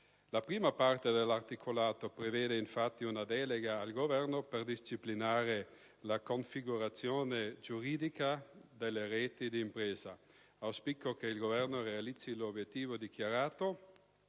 La prima parte dell'articolato prevede, infatti, una delega al Governo per disciplinare la configurazione giuridica delle reti d'impresa. Auspico che il Governo realizzi l'obiettivo dichiarato